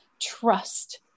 trust